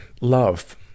Love